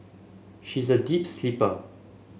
she is a deep sleeper